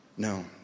No